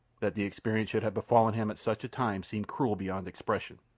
that the experience should have befallen him at such a time seemed cruel beyond expression.